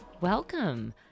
Welcome